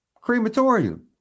Crematorium